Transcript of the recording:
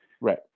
Right